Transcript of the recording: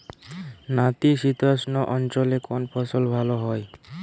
নাতিশীতোষ্ণ অঞ্চলে কোন ফসল ভালো হয়?